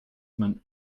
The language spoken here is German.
man